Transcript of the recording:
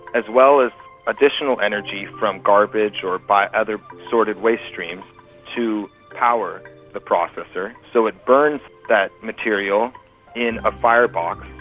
as well as additional energy from garbage or by other assorted waste streams to power the processor. so it burns that material in a firebox.